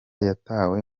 yatwaye